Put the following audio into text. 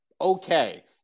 okay